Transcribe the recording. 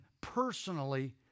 personally